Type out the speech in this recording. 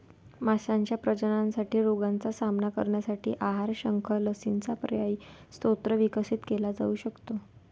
माशांच्या प्रजननासाठी रोगांचा सामना करण्यासाठी आहार, शंख, लसींचा पर्यायी स्रोत विकसित केला जाऊ शकतो